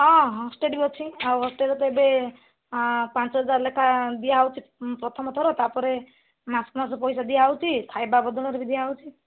ହଁ ହଷ୍ଟେଲ୍ ବି ଅଛି ଆଉ ହଷ୍ଟେଲ୍ରେ ତ ଏବେ ପାଞ୍ଚ ହଜାର ଲେଖାଏଁ ଦିଆହେଉଛି ପ୍ରଥମ ଥର ତା'ପରେ ମାସକୁ ମାସ ପଇସା ଦିଆହେଉଛି ଖାଇବା ବଦଳରେ ବି ଦିଆହେଉଛି